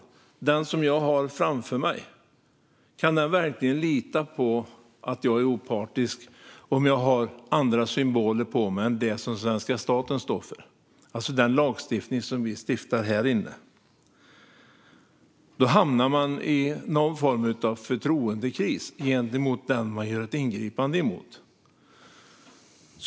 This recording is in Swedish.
Kan den person jag har framför mig verkligen lita på att jag är opartisk om jag har andra symboler på mig än dem som den svenska staten står för, alltså de lagar som vi stiftar här inne? Då hamnar man i någon form av förtroendekris gentemot den man gör ett ingripande mot.